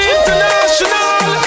International